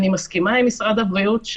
אני מסכימה עם משרד הבריאות,